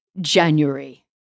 January